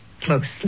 closely